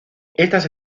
estas